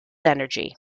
energy